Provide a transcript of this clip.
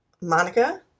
Monica